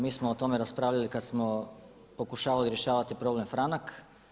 Mi smo o tome raspravljali kada smo pokušavali rješavati problem „Franak“